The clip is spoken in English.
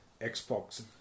Xbox